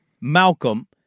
Malcolm